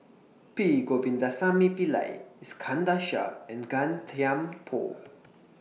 P Govindasamy Pillai Iskandar Shah and Gan Thiam Poh